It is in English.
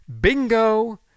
Bingo